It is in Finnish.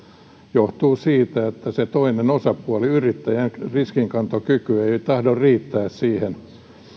johtuu siitä että sen toisen osapuolen yrittäjän riskinkantokyky ei tahdo riittää siihen